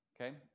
Okay